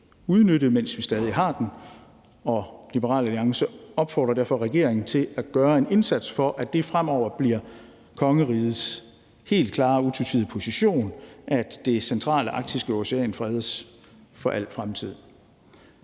udnytte, mens vi stadig har den, og Liberal Alliance opfordrer derfor regeringen til at gøre en indsats for, at det fremover bliver kongerigets helt klare og utvetydige position, at det centrale arktiske ocean fredes i al fremtid.